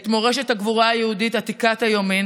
את מורשת הגבורה היהודית עתיקת היומין